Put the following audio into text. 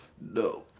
No